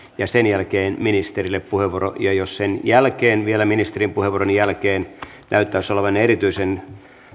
ja sen jälkeen ministerille puheenvuoro ja jos vielä ministerin puheenvuoron jälkeen näyttäisi olevan erityisen